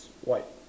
white